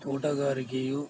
ತೋಟಗಾರಿಕೆಯು